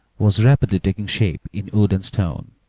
was rapidly taking shape in wood and stone,